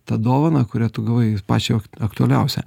tą dovaną kurią tu gavai pačią aktualiausią